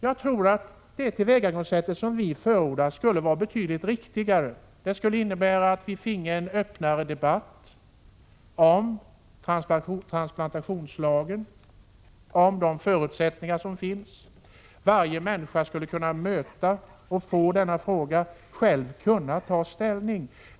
Jag tror att det tillvägagångssätt som vi förordar skulle vara betydligt riktigare. Det skulle innebära att vi finge en öppnare debatt om transplantationslagen och om de förutsättningar som anges. Varje människa skulle kunna möta denna fråga och själv ta ställning.